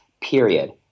period